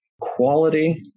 quality